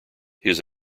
his